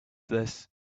this